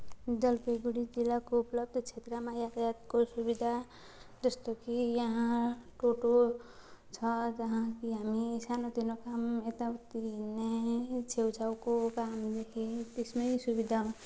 जलपाइगुडी जिल्लाको उपलब्ध क्षेत्रमा यातायातको सुविधा जस्तो कि यहाँ टोटो छ जहाँ कि हामी सानो तिनो काम यताउति हिँड्ने छेउछाउको काम त्यसमै सुविधा